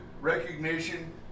recognition